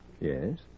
Yes